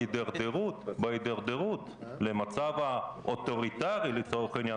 להרגיע אותך: לא ירדנו מהחוק הנורווגי.